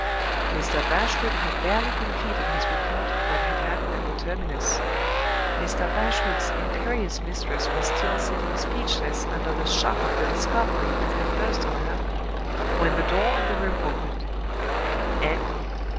mr. bashwood had barely completed his report of what had happened at the terminus mr. bashwood's imperious mistress was still sitting speechless under the shock of the discovery that had burst on her when the door of the room opened and,